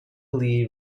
lee